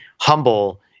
humble